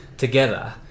together